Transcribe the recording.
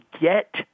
get